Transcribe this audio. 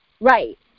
Right